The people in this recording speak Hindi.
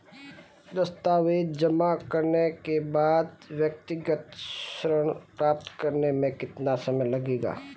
दस्तावेज़ जमा करने के बाद व्यक्तिगत ऋण प्राप्त करने में कितना समय लगेगा?